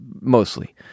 mostly